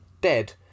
dead